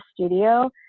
studio